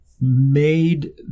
made